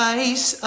ice